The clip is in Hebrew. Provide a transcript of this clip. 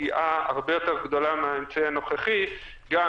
פגיעה הרבה יותר גדולה מהאמצעי הנוכחי גם